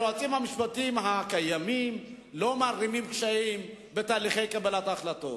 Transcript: היועצים המשפטיים הקיימים לא מערימים קשיים בתהליכי קבלת ההחלטות,